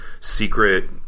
secret